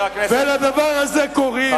אבל למה אתה, ולדבר הזה קוראים,